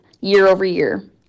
year-over-year